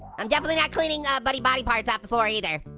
i'm definitely not cleaning buddy body parts off the floor, either.